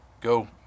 go